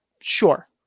Sure